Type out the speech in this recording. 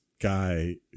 guy